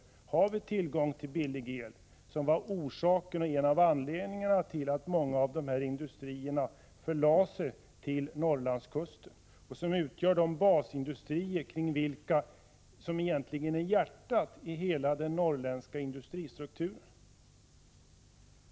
Kommer vi att ha tillgång till billig el, vilket var en av CR Fine anledningarna till att många industrier förlade sina verksamheter till rr Norrlandskusten? Dessa industrier utgör ju de basindustrier som egentligen 1SE0BSkANeNs m.m. är hjärtat i hela den norrländska industristrukturen.